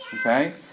Okay